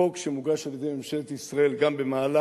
חוק שמוגש על-ידי ממשלת ישראל גם במהלך